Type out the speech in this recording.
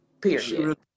Period